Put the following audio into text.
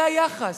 זה היחס.